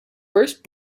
first